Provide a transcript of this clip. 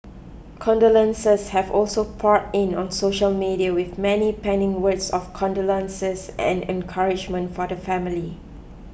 condolences have also poured in on social media with many penning words of condolences and encouragement for the family